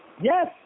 Yes